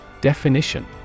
Definition